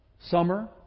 Summer